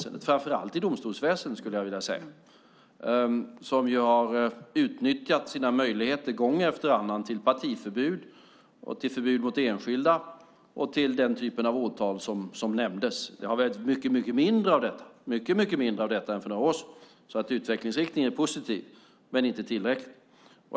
Det gäller framför allt domstolsväsendet som gång efter annan har utnyttjat sina möjligheter till partiförbud, förbud mot enskilda och till den typ av åtal som nämndes. Det har varit mycket mindre av detta än för några år sedan, så utvecklingsriktningen är positiv, men den är inte tillräcklig.